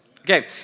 Okay